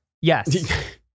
Yes